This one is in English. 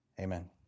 Amen